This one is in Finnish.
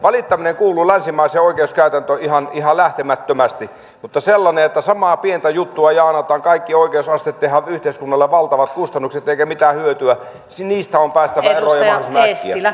valittaminen kuuluu länsimaiseen oikeuskäytäntöön ihan lähtemättömästi mutta sellaisesta että samaa pientä juttua jaanataan kaikki oikeusasteet ja tehdään yhteiskunnalle valtavat kustannukset eikä mitään hyötyä on päästävä eroon ja mahdollisimman äkkiä